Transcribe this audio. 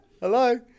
Hello